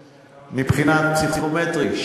בפסיכומטרי?